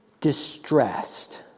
distressed